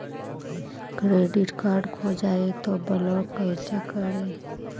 Credit card खो जाए तो ब्लॉक कैसे करी?